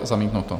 Zamítnuto.